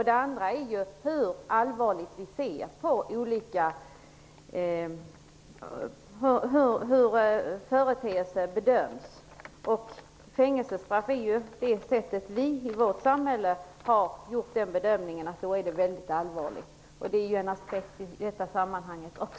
Det andra är hur allvarligt vi ser på hur olika företeelser bedöms. Fängelsestraffet betyder enligt den bedömning vi har gjort i vårt samhälle att det är väldigt allvarligt. Det är också en aspekt i detta sammanhang.